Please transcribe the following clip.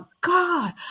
God